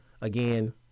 again